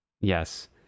Yes